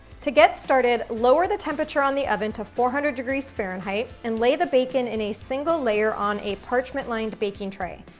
to get started, lower the temperature on the oven to four hundred degrees fahrenheit and lay the bacon in a single layer on a parchment lined baking tray.